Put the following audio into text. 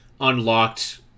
unlocked